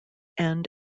end